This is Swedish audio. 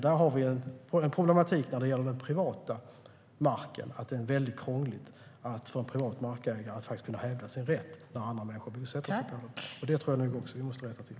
Där har vi en problematik när det gäller den privata marken. Det är väldigt krångligt för en privat markägare att hävda sin rätt när andra människor bosätter sig där. Det måste vi också rätta till.